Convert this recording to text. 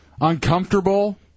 uncomfortable